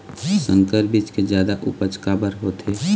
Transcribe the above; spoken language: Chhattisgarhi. संकर बीज के जादा उपज काबर होथे?